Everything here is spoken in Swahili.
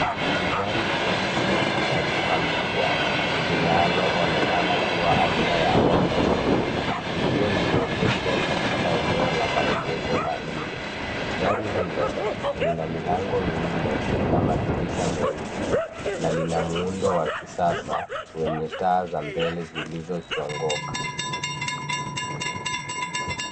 Ni gari jeusi la kifamilia linaloonekana kuwa aina ya Honda Stream likiwa limeegeshwa katika eneo la maegesho la nje. Gari hilo lina milango minne na madirisha meusi na lina muundo wa kisasa wenye taa za mbele zilizochongoka.